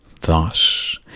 Thus